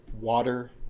water